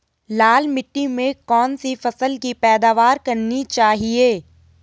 लाल मिट्टी में कौन सी फसल की पैदावार करनी चाहिए?